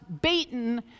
beaten